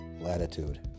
latitude